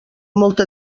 molta